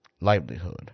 livelihood